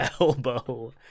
elbow